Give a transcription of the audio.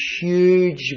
huge